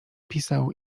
pisał